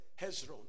Hezron